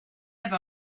have